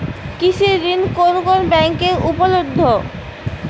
কৃষি ঋণ কোন কোন ব্যাংকে উপলব্ধ?